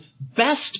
best